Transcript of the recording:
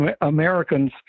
Americans